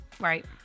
Right